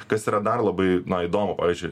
kas yra dar labai na įdomu aš